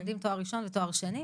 בווינגיט לומדים תואר ראשון ותואר שני,